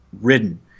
ridden